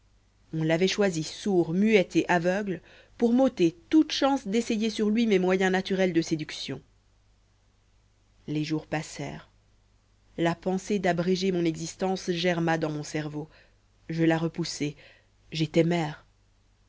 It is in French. on l'avait choisi sourd muet et aveugle pour m'ôter toute chance d'essayer sur lui mes moyens naturels de séduction les jours passèrent la pensée d'abréger mon existence germa dans mon cerveau je la repoussai j'étais mère